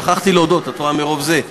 שכחתי להודות, את רואה, מרוב זה.